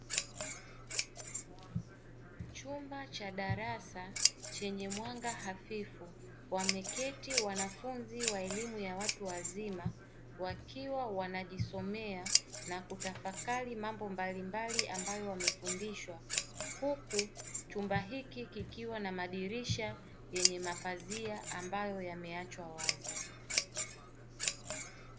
Chumba cha darasa chenye mwanga hafifu wameketi wanafunzi wa elimu ya watu wazima wakiwa wanajisomea na kutafakari mambo mbalimbali ambayo wamefundishwa, huku chumba hiki kikiwa na madirisha yenye mapazi ambayo yameachwa wazi.